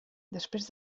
després